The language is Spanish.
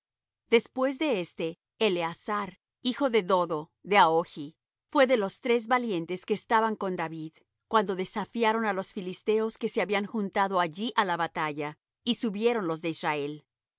después de éste eleazar hijo de dodo de ahohi fué de los tres valientes que estaban con david cuando desafiaron á los filisteos que se habían juntado allí á la batalla y subieron los de israel